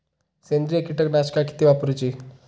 सेंद्रिय कीटकनाशका किती वापरूची?